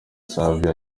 savio